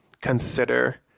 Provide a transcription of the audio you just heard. consider